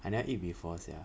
I never eat before sia